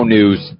News